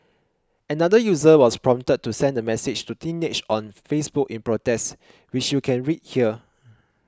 another user was prompted to send a message to Teenage on Facebook in protest which you can read here